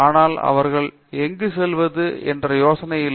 ஆனால் அவர்கள் எங்கு செல்வது என்ற யோசனை இல்லை